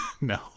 No